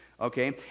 Okay